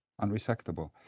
unresectable